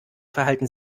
verhalten